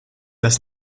dass